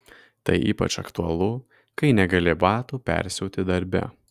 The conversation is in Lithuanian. tai ypač aktualu kai negali batų persiauti darbe